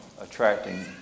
attracting